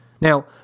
Now